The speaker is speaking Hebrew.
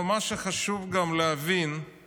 מה שעוד חשוב להבין זה